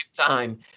time